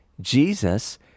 Jesus